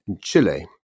Chile